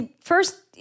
first